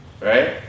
Right